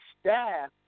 staff